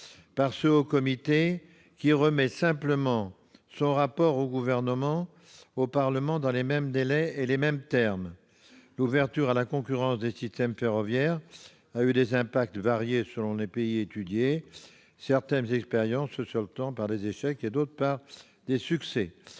pour ce haut comité, qui remet simplement son rapport au Gouvernement et au Parlement dans les mêmes délais et les mêmes termes. L'ouverture à la concurrence des systèmes ferroviaires a eu des effets variés selon les pays étudiés, certaines expériences se soldant par des échecs et d'autres par des succès.